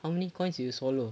how many coins did you swallow